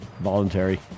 Voluntary